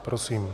Prosím.